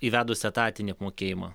įvedus etatinį apmokėjimą